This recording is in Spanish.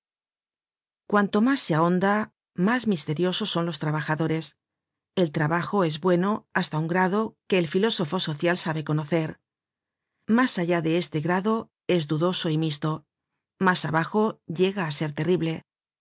cuanto mas se ahonda mas misteriosos son los trabajadores el trabajo es bueno hasta un grado que el filósofo social sabe conocer mas allá de este grado es dudoso y misto mas abajo llega á ser terrible